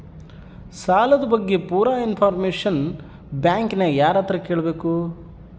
ಸಾಲದ ಬಗ್ಗೆ ಪೂರ ಇಂಫಾರ್ಮೇಷನ ಬ್ಯಾಂಕಿನ್ಯಾಗ ಯಾರತ್ರ ಕೇಳಬೇಕು?